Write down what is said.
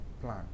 plan